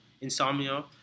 insomnia